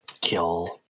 kill